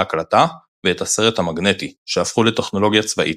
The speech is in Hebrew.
ההקלטה ואת הסרט המגנטי שהפכו לטכנולוגיה צבאית,